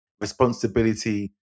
responsibility